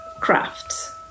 Crafts